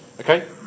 Okay